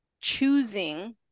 choosing